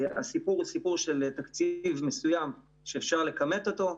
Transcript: הסיפור הוא סיפור של תקציב מסוים שאפשר לכמת אותו,